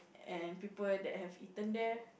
and people that have eaten there